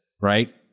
right